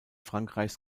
frankreichs